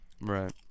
Right